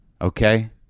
Okay